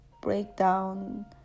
breakdown